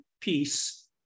peace